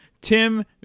Tim